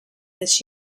this